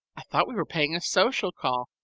i thought we were paying a social call,